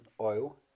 oil